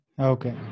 Okay